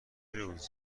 روز